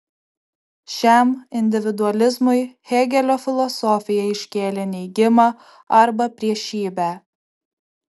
šiam individualizmui hėgelio filosofija iškėlė neigimą arba priešybę